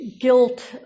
guilt